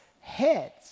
heads